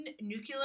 nuclear